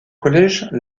collège